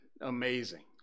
amazing